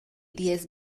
diez